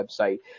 website